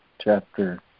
Chapter